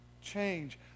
change